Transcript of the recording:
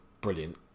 brilliant